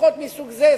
שיחות מסוג זה,